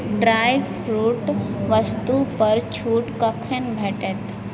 ड्रायफ्रूटक वस्तु पर छुट कखन भेटत